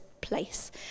place